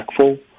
impactful